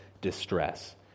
distress